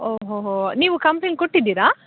ಓಹೋಹೋ ನೀವು ಕಂಪ್ಲೇಂಟ್ ಕೊಟ್ಟಿದ್ದೀರಾ